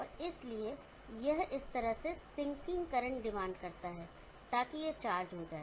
और इसलिए यह इस तरह से सिंकिंग करंट डिमांड करता है ताकि यह चार्ज हो जाए